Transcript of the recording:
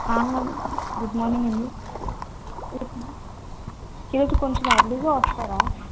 good morning అండి ఈరోజు కొంచెం ఆర్లీగా వస్తారా